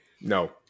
No